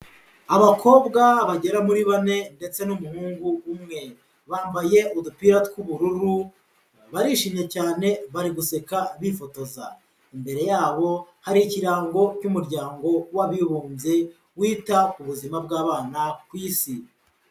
Abakobwa bagera muri bane ndetse n'umuhungu umwe. Bambaye udupira tw'ubururu barishimye cyane bari guseka bifotoza. Imbere yabo hari Ikirango cy'Umuryango w'Abibumbye wita ku buzima bw'abana ku Isi.